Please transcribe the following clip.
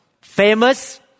famous